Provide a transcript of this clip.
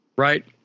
Right